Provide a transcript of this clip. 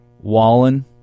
Wallen